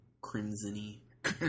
crimson-y